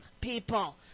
people